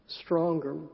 stronger